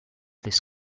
this